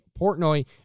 Portnoy